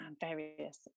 various